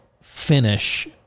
finish